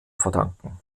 verdanken